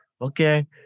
okay